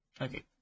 Okay